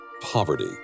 Poverty